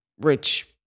rich